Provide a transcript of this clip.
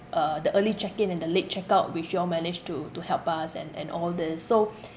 uh the early check in and the late check out which you all managed to to help us and and all these so